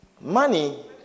money